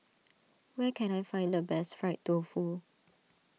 where can I find the best Fried Tofu